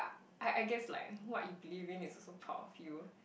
I I guess like what you believe in is also part of you